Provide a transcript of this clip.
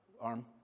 arm